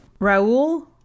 Raul